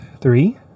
Three